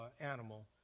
animal